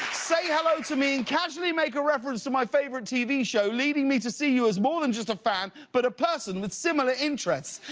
say hello to me and casually make a reference to my favorite tv show, leading me to see you as more than just a fan, but a person with similar interests.